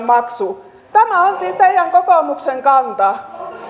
tämä on siis kokoomuksen kanta